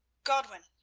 godwin,